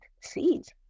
seeds